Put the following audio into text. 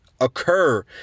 occur